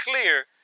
clear